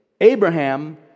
Abraham